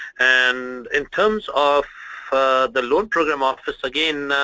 and in terms of the loan program office, again,